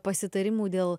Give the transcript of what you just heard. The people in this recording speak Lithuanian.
pasitarimų dėl